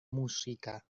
música